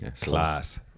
Class